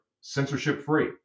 censorship-free